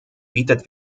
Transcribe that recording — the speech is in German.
bietet